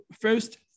first